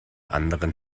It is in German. anderen